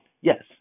yes